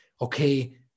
Okay